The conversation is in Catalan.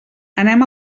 anem